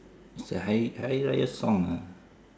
it's a hari~ hari-raya song ah